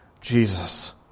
Jesus